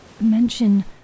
mention